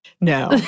No